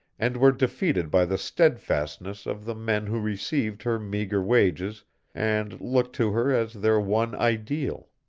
and were defeated by the steadfastness of the men who received her meagre wages and looked to her as their one ideal.